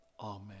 Amen